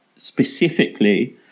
Specifically